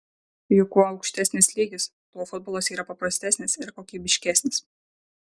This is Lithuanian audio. juk kuo aukštesnis lygis tuo futbolas yra paprastesnis ir kokybiškesnis